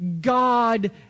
God